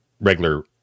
regular